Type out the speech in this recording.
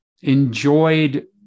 enjoyed